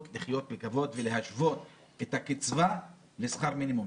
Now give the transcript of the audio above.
לחיות בכבוד ולהשוות את הקצבה לשכר מינימום.